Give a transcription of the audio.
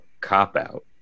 cop-out